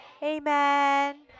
amen